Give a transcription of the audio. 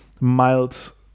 mild